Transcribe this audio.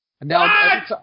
Now